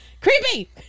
Creepy